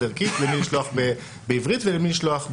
ערכית למי לשלוח בעברית ולמי לשלוח בערבית.